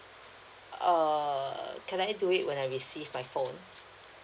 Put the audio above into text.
err can I do it when I receive my phone